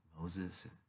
Moses